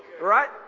right